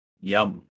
Yum